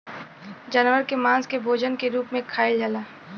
जानवर के मांस के भोजन के रूप में खाइल जाला